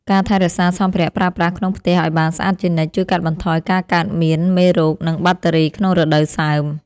ការថែរក្សាសម្ភារៈប្រើប្រាស់ក្នុងផ្ទះឱ្យបានស្អាតជានិច្ចជួយកាត់បន្ថយការកើតមានមេរោគ និងបាក់តេរីក្នុងរដូវសើម។